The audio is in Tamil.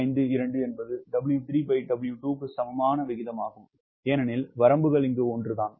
852 என்பது 𝑊3W2 க்கு சமமான விகிதமாகும் ஏனெனில் வரம்புகள் ஒன்றே